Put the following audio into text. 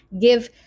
give